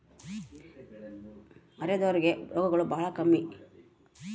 ಅರೆದೋರ್ ಗೆ ರೋಗಗಳು ಬಾಳ ಕಮ್ಮಿ